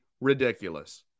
ridiculous